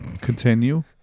Continue